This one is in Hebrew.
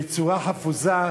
בצורה חפוזה,